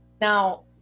Now